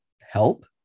help